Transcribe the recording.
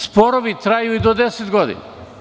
Sporovi traju i do 10 godina.